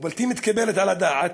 ובלתי מתקבלת על הדעת,